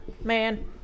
Man-